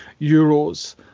euros